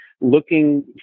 looking